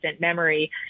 Memory